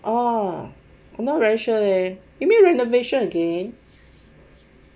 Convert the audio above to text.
oh not very sure leh you mean renovation again